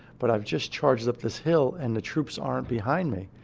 but i've just charged up this hill and the troops aren't behind me.